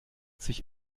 sich